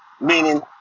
meaning